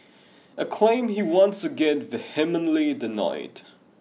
a claim he once again vehemently denied